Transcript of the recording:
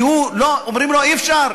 כי אומרים לו: אי-אפשר,